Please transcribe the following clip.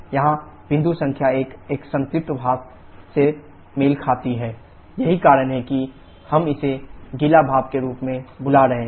यहां बिंदु संख्या 1 एक संतृप्त वाष्प से मेल खाती है यही कारण है कि हम इसे गीला भाप के रूप में बुला रहे हैं